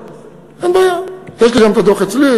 אין בעיה, יש לי גם הדוח אצלי.